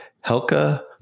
helka